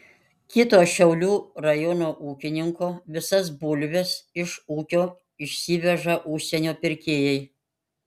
kito šiaulių rajono ūkininko visas bulves iš ūkio išsiveža užsienio pirkėjai